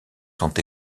sont